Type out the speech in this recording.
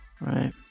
right